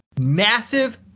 massive